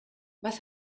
was